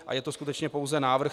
A je to skutečně pouze návrh.